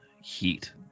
heat